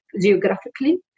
geographically